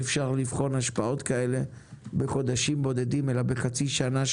אי אפשר לבחון השפעות כאלה בחודשים בודדים אלא בחצי שנה,